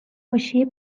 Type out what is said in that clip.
حاشیه